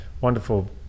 wonderful